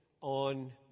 on